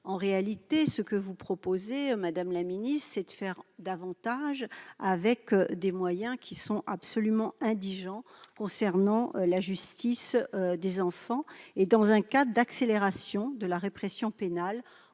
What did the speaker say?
En réalité, ce que vous proposez, madame la garde des sceaux, c'est de faire davantage avec des moyens absolument indigents pour la justice des enfants, dans le cadre d'une accélération de la répression pénale,